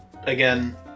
again